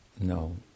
no